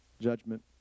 judgment